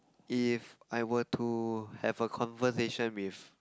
if I were to have a conversation with